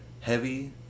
heavy